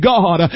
God